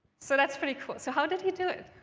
so that's pretty cool. so how did he do it?